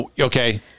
Okay